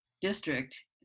district